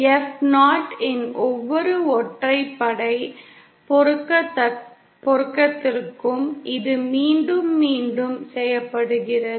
F0 இன் ஒவ்வொரு ஒற்றைப்படை பெருக்கத்திற்கும் இது மீண்டும் மீண்டும் செய்யப்படுகிறது